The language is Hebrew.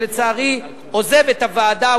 שלצערי עוזב את הוועדה,